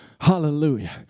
Hallelujah